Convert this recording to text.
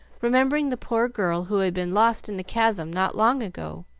remembering the poor girl who had been lost in the chasm not long ago.